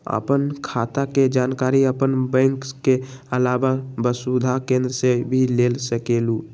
आपन खाता के जानकारी आपन बैंक के आलावा वसुधा केन्द्र से भी ले सकेलु?